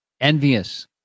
envious